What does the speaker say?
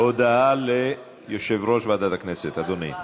הודעה של יושב-ראש ועדת הכנסת, אדוני.